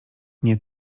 nie